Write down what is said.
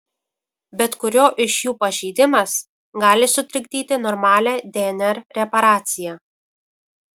bet kurio iš jų pažeidimas gali sutrikdyti normalią dnr reparaciją